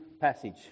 passage